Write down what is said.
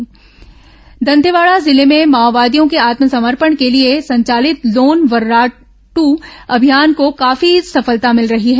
माओवादी समर्पण गिरफ्तार दंतेवाड़ा जिले में माओवादियों के आत्मसमर्पण के लिए संचालित लोन वर्राटू अभियान को काफी सफलता भिल रही है